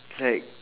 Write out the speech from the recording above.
like